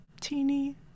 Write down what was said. teeny